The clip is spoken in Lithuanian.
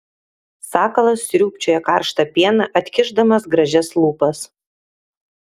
sakalas sriūbčioja karštą pieną atkišdamas gražias lūpas